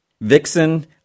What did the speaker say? Vixen